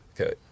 Okay